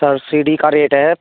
sir C D का rate है